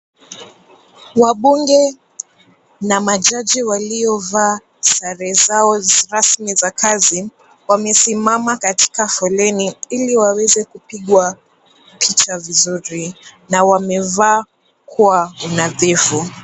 Wabunge na majaji waliovaa sare zao rasmi za kazi, wamesimama katika foleni ili waweze kupigwa picha vizuri na wamevaa kwa unadhifu.